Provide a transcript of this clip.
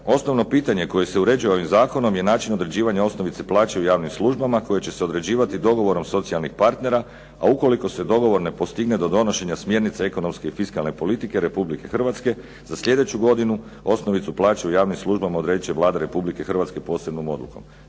osnovno pitanje koje se uređuje ovim zakonom je način određivanja osnovice plaće u javnim službama koje će se određivati dogovorom socijalnih partnera, a ukoliko se dogovor ne postigne do donošenja smjernica ekonomske i fiskalne politike Republike Hrvatske za slijedeću godinu osnovicu plaće u javnim službama odredit će Vlada Republike Hrvatske posebnom odlukom.